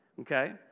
okay